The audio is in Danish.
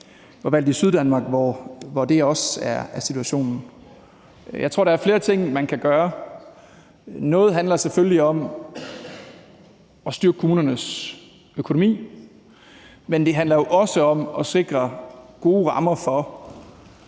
er valgt i Syddanmark, hvor det også er situationen. Jeg tror, der er flere ting, man kan gøre. Noget handler selvfølgelig om at styrke kommunernes økonomi, men det handler jo også om at sikre gode rammer for,